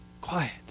quiet